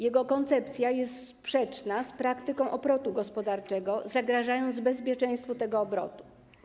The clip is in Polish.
Jego koncepcja jest sprzeczna z praktyką obrotu gospodarczego, co zagraża bezpieczeństwu tego obrotu.